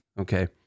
okay